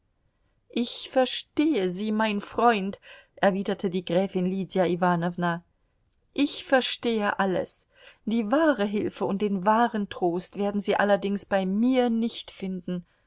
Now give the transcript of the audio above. ich verstehe sie mein freund erwiderte die gräfin lydia iwanowna ich verstehe alles die wahre hilfe und den wahren trost werden sie allerdings bei mir nicht finden